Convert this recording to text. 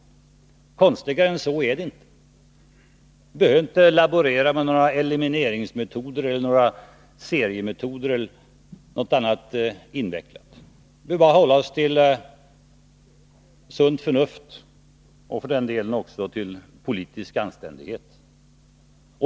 Konstigare än så är det inte. Vi behöver inte laborera med elimineringsmetoder, seriemetoder eller något annat invecklat. Vi behöver bara hålla oss till sunt förnuft och för den delen också till politisk anständighet.